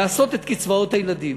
לתת קצבאות ילדים.